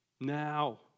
now